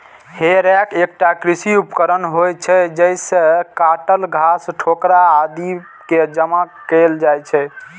हे रैक एकटा कृषि उपकरण होइ छै, जइसे काटल घास, ठोकरा आदि कें जमा कैल जाइ छै